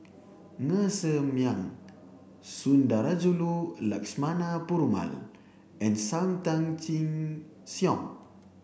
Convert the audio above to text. Ser Miang Sundarajulu Lakshmana Perumal and Sam Tan Chin Siong